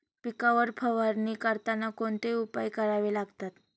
पिकांवर फवारणी करताना कोणते उपाय करावे लागतात?